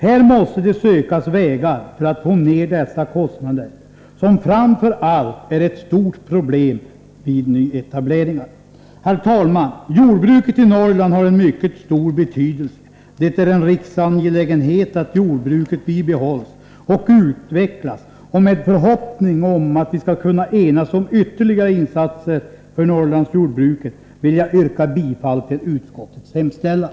Här måste det sökas vägar för att få ner dessa kostnader, som framför allt är ett stort bekymmer vid nyetableringar. Herr talman! Jordbruket i Norrland har en mycket stor betydelse. Det är en riksangelägenhet att jordbruket bibehålls och utvecklas. Med förhoppning om att vi skall kunna enas om ytterligare insatser för Norrlandsjordbruket vill jag yrka bifall till utskottets hemställan.